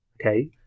Okay